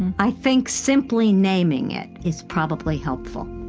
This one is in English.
i think simply naming it is probably helpful